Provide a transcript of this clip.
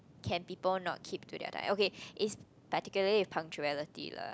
can people not keep to their time okay it's particularly with punctuality lah